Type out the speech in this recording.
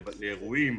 לבתי אירועים,